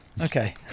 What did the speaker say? okay